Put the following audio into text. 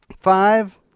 Five